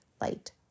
light